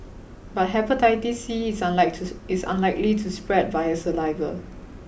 but Hepatitis C is unlikely to is unlikely to spread via saliva